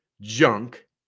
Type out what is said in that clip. junk